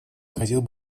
хотел